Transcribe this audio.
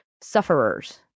sufferers